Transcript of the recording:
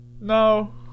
No